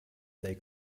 they